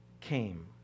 came